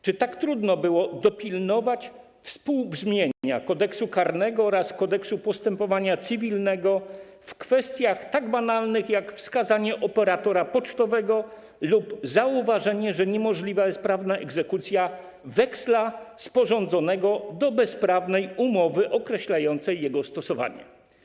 Czy tak trudno było dopilnować współbrzmienia Kodeksu karnego z Kodeksem postepowania cywilnego w kwestiach tak banalnych jak wskazanie operatora pocztowego lub zauważenie, że niemożliwa jest prawna egzekucja weksla sporządzonego do bezprawnej umowy określającej jego stosowanie?